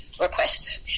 request